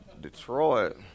Detroit